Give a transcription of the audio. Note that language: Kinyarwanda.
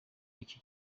icyo